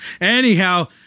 Anyhow